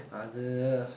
அது:athu